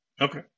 Okay